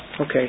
Okay